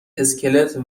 اسکلت